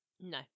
No